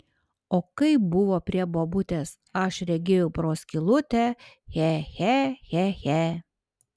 o kaip buvo prie bobutės aš regėjau pro skylutę che che che che